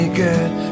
good